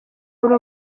buri